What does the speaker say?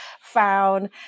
found